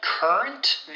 Current